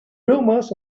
rumors